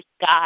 God